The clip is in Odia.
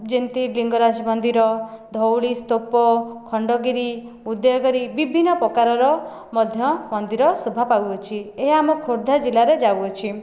ଯେମିତି ଲିଙ୍ଗରାଜ ମନ୍ଦିର ଧଉଳି ସ୍ତୁପ ଖଣ୍ଡଗିରି ଉଦୟଗିରି ବିଭିନ୍ନ ପ୍ରକାରର ମଧ୍ୟ ମନ୍ଦିର ଶୋଭା ପାଉଅଛି ଏହା ଆମ ଖୋର୍ଦ୍ଧା ଜିଲ୍ଲାରେ ଯାଉଅଛି